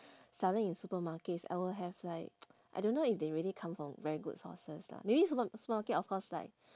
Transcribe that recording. selling in supermarkets I will have like I don't know if they really come from very good sources lah maybe super~ supermarkets of course like